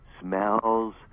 smells